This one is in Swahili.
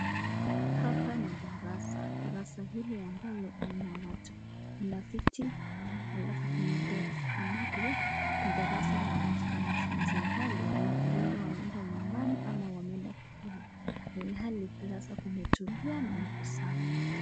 Hapa ni dasara. Darasa hili ambayo haina watu .Kuna viti alafu kuna Desk ambapo ni darasa la wanafunzi hali hawakuenda nyumbani au wameeenda kukula, ilhali darasa kiumetulia na ni kusafi.